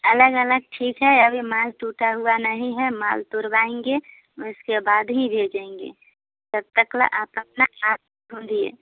अलग अलग ठीक है अभी माल टूटा हुआ नहीं है माल तोड़वाएँगे उसके बाद ही भेजेंगे तब तक ला आप अपना